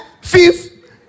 fifth